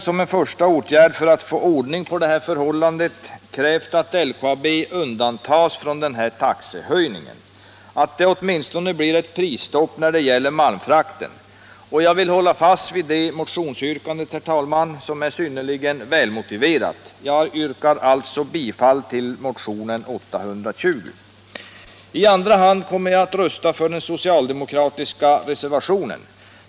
Som en första åtgärd för att få ordning på förhållandet har jag i motionen krävt att LKAB undantas från denna taxehöjning och att det åtminstone blir ett prisstopp när det gäller malmfrakten. Jag vill, herr talman, hålla fast vid detta motionsyrkande som är synnerligen välmotiverat. Jag yrkar alltså bifall till motionen 820. I andra hand kommer jag att rösta för den socialdemokratiska reservationen.